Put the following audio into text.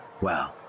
Wow